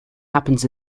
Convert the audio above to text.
happens